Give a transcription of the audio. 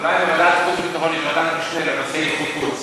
אולי לוועדת חוץ וביטחון יש ועדת משנה לנושאי חוץ.